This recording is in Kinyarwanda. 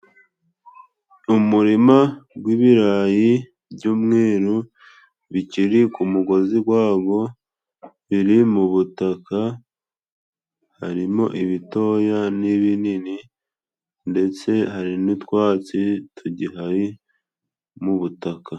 Umurima gw'ibirayi by'umweru bikiri ku mugozi gwago, biri mu butaka harimo ibitoya n'ibinini, ndetse hari n'utwatsi tugihari mu butaka.